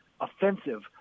offensive